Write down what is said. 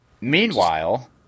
Meanwhile